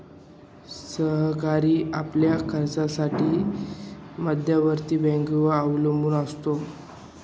सरकारही आपल्या खर्चासाठी मध्यवर्ती बँकेवर अवलंबून असते